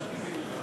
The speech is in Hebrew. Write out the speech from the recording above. חברי הכנסת